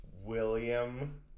William